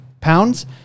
pounds